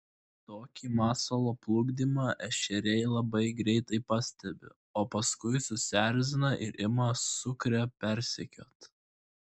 tokį masalo plukdymą ešeriai labai greitai pastebi o paskui susierzina ir ima sukrę persekioti